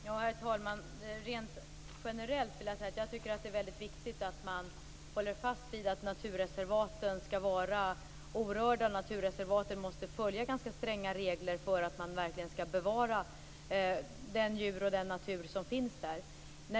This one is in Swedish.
Herr talman! Rent generellt vill jag säga att jag tycker att det är väldigt viktigt att man håller fast vid att naturreservaten skall vara orörda. Det måste finnas ganska stränga regler för att man verkligen skall bevara de djur och den natur som finns där.